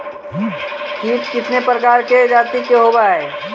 कीट कीतने प्रकार के जाती होबहय?